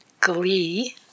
glee